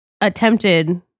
attempted